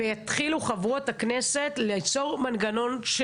ויתחילו חברות הכנסת ליצור מנגנון של